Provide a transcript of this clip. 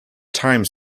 time